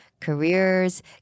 careers